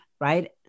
right